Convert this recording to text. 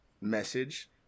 message